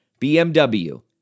BMW